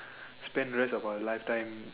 spend the rest of our lifetime